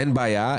אין בעיה.